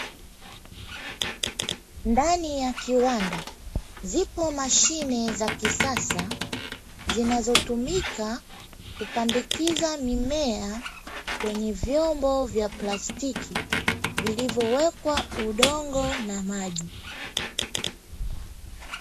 Ndani ya kiwanda, zipo mashine za kisasa zinazotumika kupandikiza mimea kwenye vyombo vya plastiki vilivyowekwa udongo na maji.